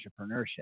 entrepreneurship